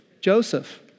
Joseph